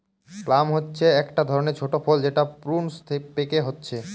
plum হচ্ছে একটা ধরণের ছোট ফল যেটা প্রুনস পেকে হচ্ছে